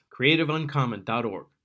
creativeuncommon.org